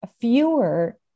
fewer